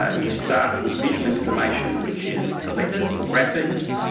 ah you start with visual information which is the letters or graphemes.